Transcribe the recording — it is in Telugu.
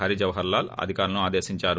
హరిజవహర్ లాల్ అధికారులను ఆదేశించారు